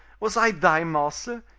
was i thy master?